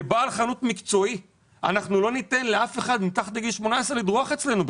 כבעל חנות מקצועית אני לא ניתן לאף אחד מתחת לגיל 18 לדרוך אצלי.